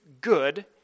good